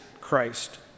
Christ